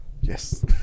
yes